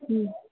ହୁଁ